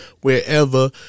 wherever